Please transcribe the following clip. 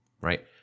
right